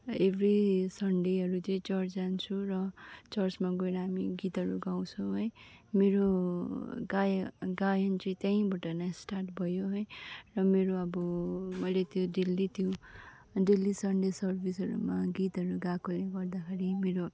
every सन्डेहरू चाहिँ church जान्छु र चर्चमा गएर हामी गीतहरू गाउँछौँ है मेरो गाय गायन चाहिँ त्यहीँबाट नै स्टार्ट भयो है र मेरो अब मैले त्यो डेली त्यो डेली सन्डे सर्भिसहरूमा गीतहरू गाएकोले गर्दाखेरि मेरो